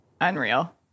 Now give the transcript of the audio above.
Unreal